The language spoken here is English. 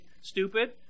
stupid